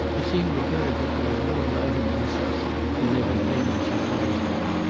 it seemed to her that there was more light in the recess than there had been when she closed them.